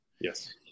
yes